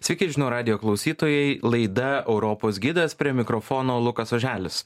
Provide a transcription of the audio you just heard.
sveiki žinių radijo klausytojai laida europos gidas prie mikrofono lukas oželis